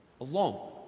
alone